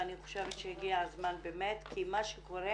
ואני חושבת שהגיע הזמן באמת כי מה שקורה